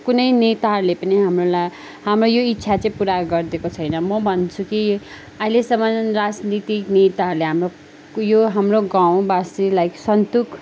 कुनै नेताहरूले पनि हाम्रो ला हाम्रो यो इच्छा चाहिँ पुरा गरिदिएको छैन म भन्छु कि अहिलेसम्म राजनैतिक नेताहरूले हाम्रो कु यो हाम्रो गाउँ बासीलाई सन्तोष